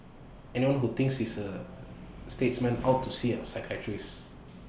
anyone who thinks he is A statesman ought to see A psychiatrist